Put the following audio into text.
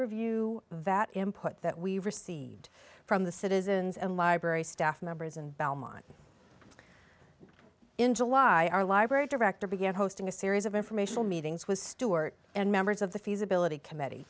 review that import that we received from the citizens and library staff members and belmont in july our library director began hosting a series of informational meetings with stewart and members of the feasibility committee